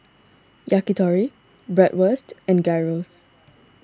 Yakitori Bratwurst and Gyros